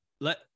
let